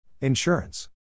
Insurance